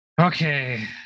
okay